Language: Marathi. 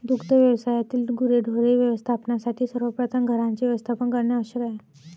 दुग्ध व्यवसायातील गुरेढोरे व्यवस्थापनासाठी सर्वप्रथम घरांचे व्यवस्थापन करणे आवश्यक आहे